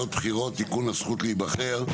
(בחירות) (תיקון - הזכות להיבחר),